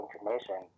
information